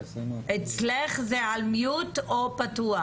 ארגון הגג של המעונות המפוקחים של החברה הערבית,